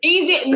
Easy